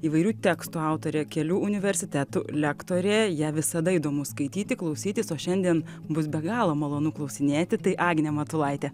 įvairių tekstų autorė kelių universitetų lektorė ją visada įdomu skaityti klausytis o šiandien bus be galo malonu klausinėti tai agnė matulaitė